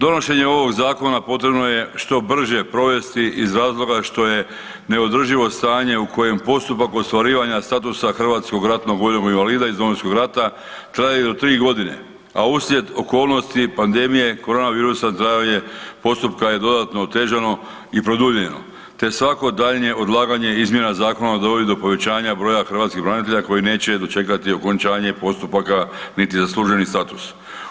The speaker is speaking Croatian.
Donošenjem ovog zakona potrebno je što brže provesti iz razloga što je neodrživo stanje u kojem postupak ostvarivanja statusa HRVI iz Domovinskog rata traje do tri godine, a uslijed okolnosti pandemije korona virusa trajanje postupka je dodatno otežano i produljeno te svako daljnje odlaganje izmjena zakona dovodi do povećanja broja hrvatskih branitelja koji neće dočekati okončanje postupaka niti zasluženi status.